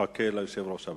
יחכה ליושב-ראש הבא.